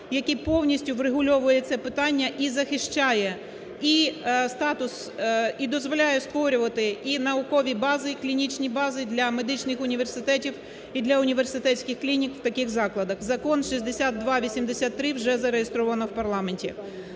який повністю врегульовує це питання і захищає і статус, і дозволяє створювати і наукові бази, клінічні бази, для медичних університетів і для університетських клінік в таких закладах. Закон 6283 вже зареєстровано в парламенті.